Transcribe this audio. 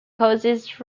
causes